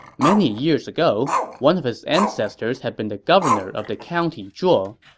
many years ago, one of his ancestors had been the governor of the county zhuo,